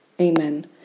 Amen